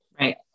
Right